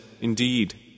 Indeed